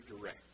direct